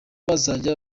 bazajya